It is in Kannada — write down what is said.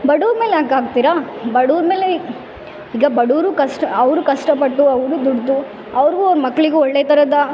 ಬಡವರ ಮೇಲೆ ಯಾಕೆ ಹಾಕ್ತೀರ ಬಡವರು ಮೇಲೆ ಈಗ ಬಡವರು ಕಷ್ಟ ಅವರು ಕಷ್ಟಪಟ್ಟು ಅವರು ದುಡ್ದು ಅವ್ರ್ಗು ಅವರ ಮಕ್ಕಳಿಗೂ ಒಳ್ಳೆಯ ಥರದ